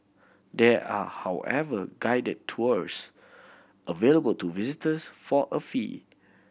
there are however guided tours available to visitors for a fee